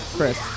Chris